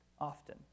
often